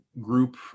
group